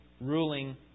ruling